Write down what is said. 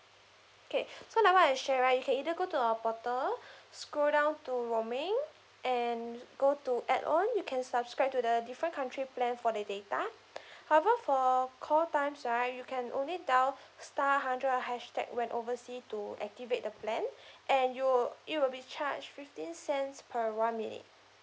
K so like what I share right you can either go to our portal scroll down to roaming and go to add on you can subscribe to the different country plan for the data however for call times right you can only dial star hundred hashtag when oversea to activate the plan and you will it will be charged fifteen cents per one minute